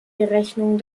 berechnungen